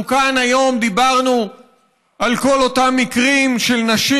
אנחנו כאן היום דיברנו על כל אותם מקרים של נשים